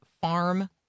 Farm